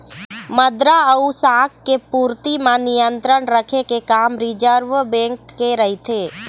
मद्रा अउ शाख के पूरति म नियंत्रन रखे के काम रिर्जव बेंक के रहिथे